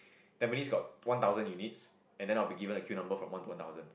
Tampines got one thousand units then I will be given a queue number from one to one thousand